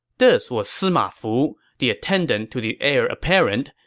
this was sima fu, the attendant to the heir apparent,